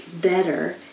better